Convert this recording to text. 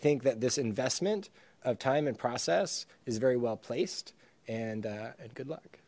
think that this investment of time and process is very well placed and uh and good luck